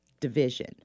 division